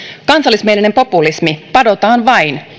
kansallismielinen populismi padotaan vain